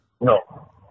No